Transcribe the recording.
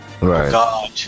Right